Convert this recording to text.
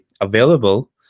available